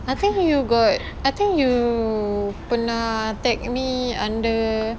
I think you got I think you pernah tag me under